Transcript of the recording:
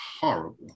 horrible